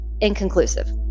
inconclusive